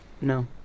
No